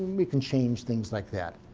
we can change things like that.